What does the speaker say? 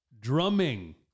drumming